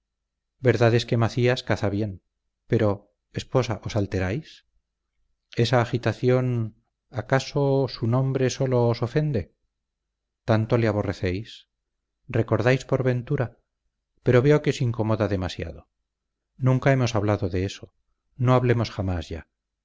es que macías caza bien pero esposa os alteráis esa agitación acaso su nombre sólo os ofende tanto le aborrecéis recordáis por ventura pero veo que os incomoda demasiado nunca hemos hablado de eso no hablemos jamás ya